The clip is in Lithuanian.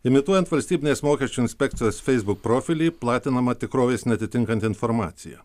imituojant valstybinės mokesčių inspekcijos facebook profilį platinama tikrovės neatitinkanti informacija